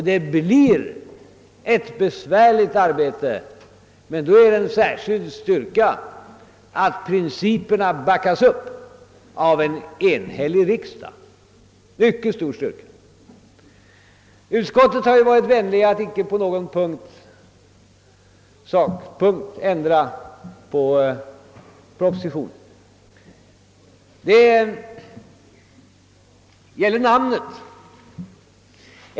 Det blir ett besvärligt arbete, men just därför är det en särskild styrka att principerna backas upp av en enhällig riksdag. Utskottsledamöterna har varit vänliga att icke på någon sakpunkt ändra på propositionen. Frågan om namnet har emellertid varit föremål för diskussion.